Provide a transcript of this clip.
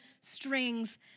strings